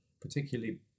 particularly